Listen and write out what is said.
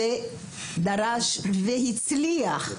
דרש והצליח,